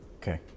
Okay